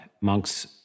monks